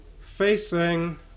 facing